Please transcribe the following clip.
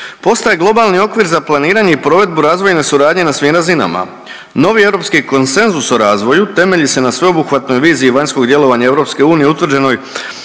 „postaje globalni okvir za planiranje i provedbu razvojne suradnje na svim razinama. Novi europski konsenzus o razvoju temelji se na sveobuhvatnoj viziji vanjskog djelovanja EU utvrđenoj